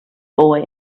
boy